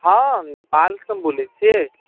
हँ हम नेपालसँ बोलैत छियै